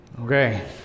Okay